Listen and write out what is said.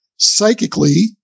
psychically